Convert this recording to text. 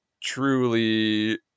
truly